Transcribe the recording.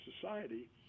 society